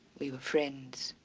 we were friends.